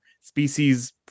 Species